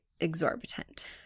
exorbitant